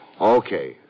Okay